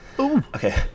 Okay